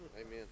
Amen